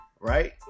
right